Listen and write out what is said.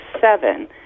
seven